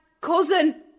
cousin